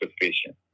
sufficient